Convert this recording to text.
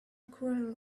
quarrel